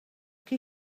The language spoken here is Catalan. qui